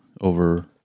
over